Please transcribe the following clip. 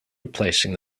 replacing